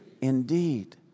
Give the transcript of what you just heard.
indeed